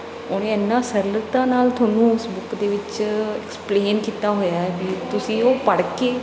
ਉਹਨੇ ਇੰਨਾਂ ਸਰਲਤਾ ਨਾਲ ਤੁਹਾਨੂੰ ਉਸ ਬੁੱਕ ਦੇ ਵਿੱਚ ਐਕਸਪਲੇਨ ਕੀਤਾ ਹੋਇਆ ਕਿ ਤੁਸੀਂ ਉਹ ਪੜ੍ਹ ਕੇ